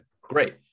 Great